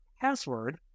password